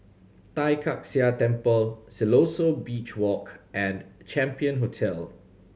Tai Kak Seah Temple Siloso Beach Walk and Champion Hotel